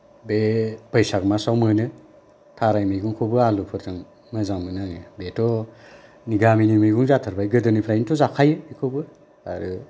बे बैसाग मासाव मोनो थाराय मैगंखौबो आलुफोरजों मोजां मोनो आङो बेथ' गामिनि मैगं जाथारबाय गोदोनिफ्रायनोथ' जाखायो बेखौबो आरो